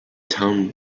town